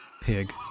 pig